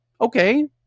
Okay